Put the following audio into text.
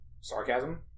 sarcasm